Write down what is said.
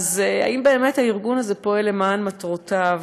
האם באמת הארגון הזה פועל למעון מטרותיו?